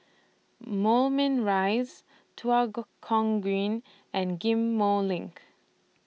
Moulmein Rise Tua Kong Green and Ghim Moh LINK